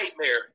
nightmare